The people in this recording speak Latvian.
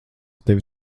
tevi